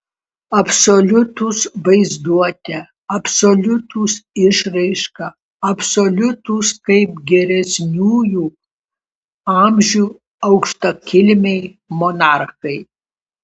absoliutūs vaizduote absoliutūs išraiška absoliutūs kaip geresniųjų amžių aukštakilmiai monarchai